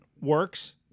works